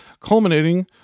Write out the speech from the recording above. culminating